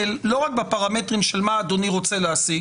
לא רק בפרמטרים של מה אדוני רוצה להשיג.